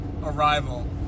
arrival